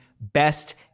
best